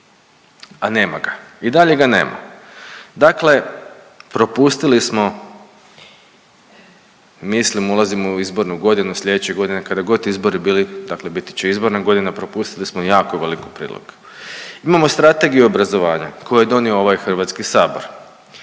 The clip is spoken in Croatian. a nema ga. I dalje ga nema. Dakle, propustili smo, mislim ulazimo u izbornu godinu. Sljedeće godine kad god izbori bili, dakle biti će izborna godina propustili smo jako veliku priliku. Imamo Strategiju obrazovanja koju je donio ovaj Hrvatski sabor.